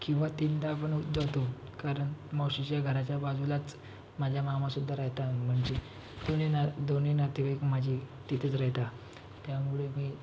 किंवा तीनदा पण होऊ जातो कारण मावशीच्या घराच्या बाजूलाच माझा मामासुद्धा राहतान म्हणजे दोन्ही ना दोन्ही नातेवाईक माझे तिथेच राहता त्यामुळे मी